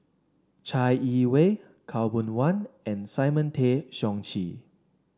Chai Yee Wei Khaw Boon Wan and Simon Tay Seong Chee